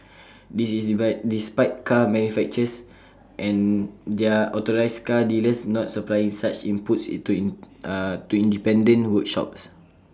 this is despite car manufacturers and their authorised car dealers not supplying such inputs to independent workshops